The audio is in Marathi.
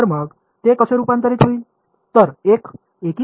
तर मग ते कसे रूपांतरित होईल